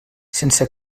sense